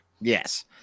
Yes